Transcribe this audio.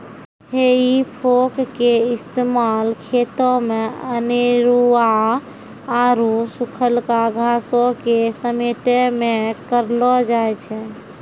हेइ फोक के इस्तेमाल खेतो मे अनेरुआ आरु सुखलका घासो के समेटै मे करलो जाय छै